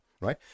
right